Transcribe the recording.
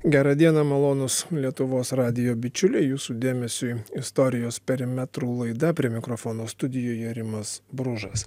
gerą dieną malonūs lietuvos radijo bičiuliai jūsų dėmesiui istorijos perimetrų laida prie mikrofono studijoje rimas bružas